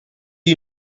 you